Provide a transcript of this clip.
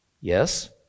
Yes